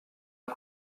pas